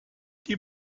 die